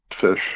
fish